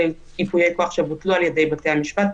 אלא אם ייפויי כוח בוטלו על ידי בתי המשפט.